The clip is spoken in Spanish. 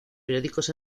periódicos